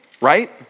right